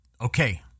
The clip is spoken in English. Okay